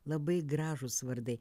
labai gražūs vardai